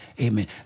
Amen